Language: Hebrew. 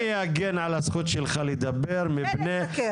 אני אגן על הזכות שלך לדבר מפני